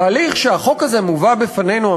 ההליך שבו החוק הזה מובא בפנינו,